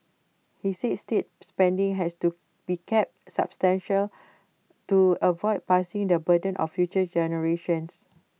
he said state spending has to be kept sustainable to avoid passing the burden of future generations